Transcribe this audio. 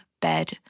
bed